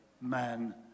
man